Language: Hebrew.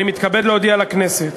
אני מתכבד להודיע לכנסת,